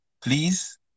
please